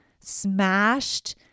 smashed